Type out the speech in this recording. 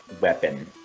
weapon